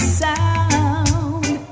sound